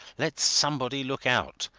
let somebody look out!